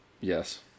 Yes